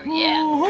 yeah!